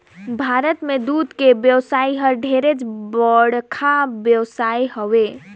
भारत में दूद के बेवसाय हर ढेरे बड़खा बेवसाय हवे